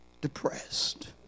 depressed